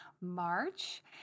March